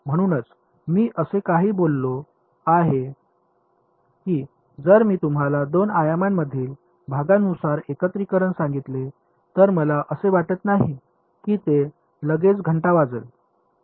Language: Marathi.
म्हणूनच मी असे काही बोललो आहे की जर मी तुम्हाला दोन आयामांमधील भागानुसार एकत्रीकरण सांगितले तर मला असे वाटत नाही की ते लगेच घंटा वाजेल